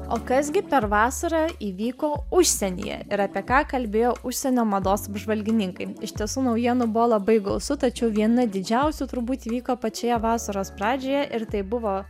o kas gi per vasarą įvyko užsienyje ir apie ką kalbėjo užsienio mados apžvalgininkai iš tiesų naujienų buvo labai gausu tačiau viena didžiausių turbūt įvyko pačioje vasaros pradžioje ir tai buvo